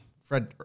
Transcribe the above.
Fred